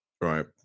right